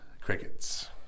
crickets